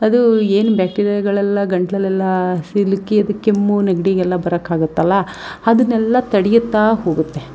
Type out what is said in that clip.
ಅದು ಏನು ಬ್ಯಾಕ್ಟೀರಿಯಾಗಳೆಲ್ಲ ಗಂಟಲಲ್ಲೆಲ್ಲ ಸಿಲುಕಿ ಅದು ಕೆಮ್ಮು ನೆಗಡಿಯೆಲ್ಲ ಬರೋಕ್ಕಾಗುತ್ತಲ್ಲ ಅದನ್ನೆಲ್ಲ ತಡೆಯುತ್ತಾ ಹೋಗುತ್ತೆ